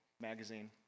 Magazine